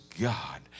God